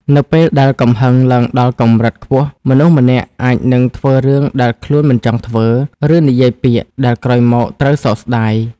នៅពេលដែលកំហឹងឡើងដល់កម្រិតខ្ពស់ មនុស្សម្នាក់អាចនឹងធ្វើរឿងដែលខ្លួនមិនចង់ធ្វើ ឬនិយាយពាក្យដែលក្រោយមកត្រូវសោកស្ដាយ។